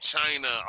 China